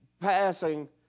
Passing